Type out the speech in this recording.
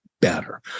better